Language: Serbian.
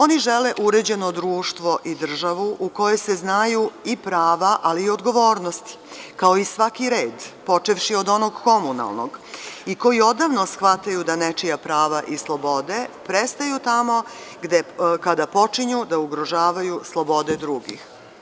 Oni žele uređeno društvo i državu u kojoj se znaju prava, ali i odgovornosti, kao i svaki red, počevši od onog komunalnog i koji odavno shvataju da nečija prava i slobode prestaju kada počinju da ugrožavaju slobode drugih.